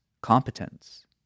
competence